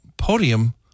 podium